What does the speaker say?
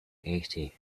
eighty